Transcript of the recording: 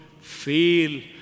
feel